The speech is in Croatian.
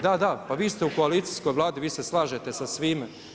Da, da, pa vi ste u koalicijskoj Vladi, vi se slažete sa svime.